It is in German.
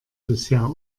bisher